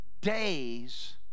days